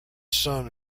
son